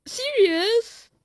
serious